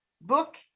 book